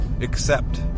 accept